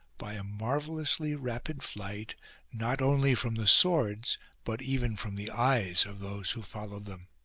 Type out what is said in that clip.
by a marvellously rapid flight not only from the swords but even from the eyes of those who followed them.